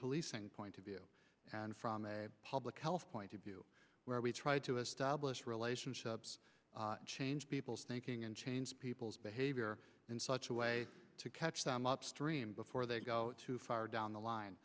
policing point of view and from a public health point of view where we try to establish relationships change people's thinking and change people's behavior in such a way to catch them upstream before they go too far down the line